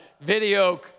video